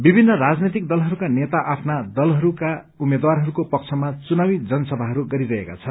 विभिन्न राजनैतिक दलहरूका नेता आफ्ना दलहरूका उम्मेद्वारहरूको पक्षमा चुनावी जनसभाहरू गरिरहेका छन्